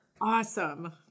Awesome